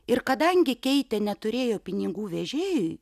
ir kadangi keitė neturėjo pinigų vežėjui